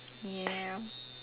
ya